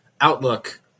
outlook